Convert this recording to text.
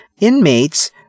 inmates